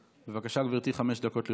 בבקשה, גברתי, חמש דקות לרשותך.